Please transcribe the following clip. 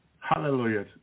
Hallelujah